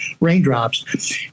raindrops